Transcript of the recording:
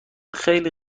خیلی